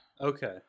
Okay